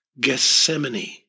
Gethsemane